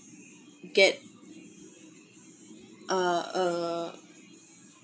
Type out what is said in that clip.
get uh uh